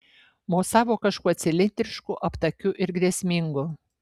mosavo kažkuo cilindrišku aptakiu ir grėsmingu